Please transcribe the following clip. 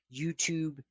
youtube